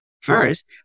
first